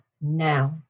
now